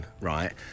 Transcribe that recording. right